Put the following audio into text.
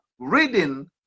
Reading